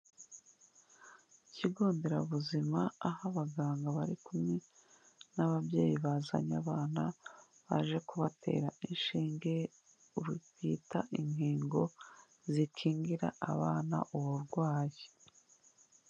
Ikigo nderabuzima, aho abaganga bari kumwe, n'ababyeyi bazanye abana, baje kubatera inshinge, uru twita, inkingo, zikingira, abana, uburwayi.